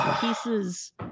pieces